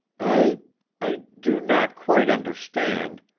i i do not quite understand.